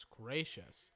gracious